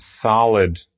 solid